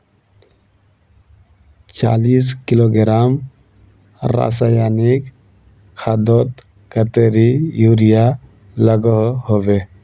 चालीस किलोग्राम रासायनिक खादोत कतेरी यूरिया लागोहो होबे?